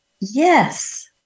Yes